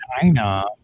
China